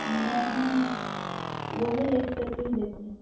नहीं वो भी लेस करके ही देते हैं